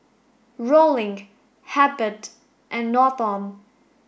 Rollin Hebert and Norton